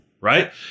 right